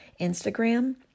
Instagram